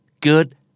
good